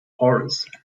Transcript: horrors